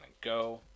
go